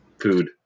Food